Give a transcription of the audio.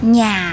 Nhà